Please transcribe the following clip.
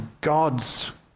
god's